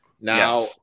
Now